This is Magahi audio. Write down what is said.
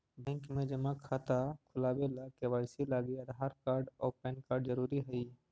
बैंक में जमा खाता खुलावे ला के.वाइ.सी लागी आधार कार्ड और पैन कार्ड ज़रूरी हई